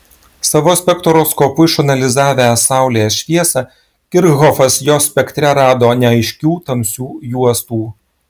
savo spektroskopu išanalizavęs saulės šviesą kirchhofas jos spektre rado neaiškių tamsių juostų